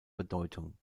bedeutung